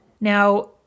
Now